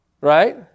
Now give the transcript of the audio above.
Right